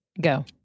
Go